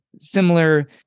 similar